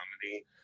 comedy